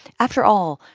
after all,